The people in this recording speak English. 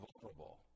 vulnerable